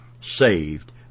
saved